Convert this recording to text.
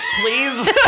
please